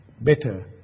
better